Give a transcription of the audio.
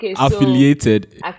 affiliated